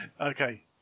Okay